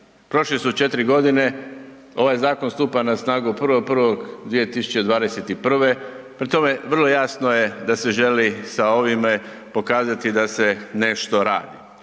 Prošle su četiri godine ovaj zakon stupa na snagu 1.1.2021., prema tome vrlo jasno je da ste željeli sa ovime pokazati da se nešto radi.